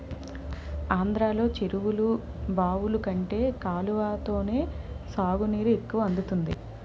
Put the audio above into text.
ఆంధ్రలో చెరువులు, బావులు కంటే కాలవతోనే సాగునీరు ఎక్కువ అందుతుంది